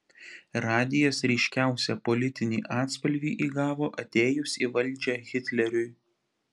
radijas ryškiausią politinį atspalvį įgavo atėjus į valdžią hitleriui